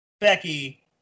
Becky